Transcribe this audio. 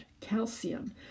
calcium